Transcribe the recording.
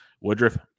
Woodruff